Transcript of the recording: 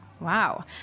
Wow